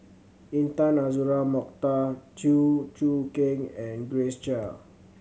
Intan Azura Mokhtar Chew Choo Keng and Grace Chia